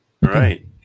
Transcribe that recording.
right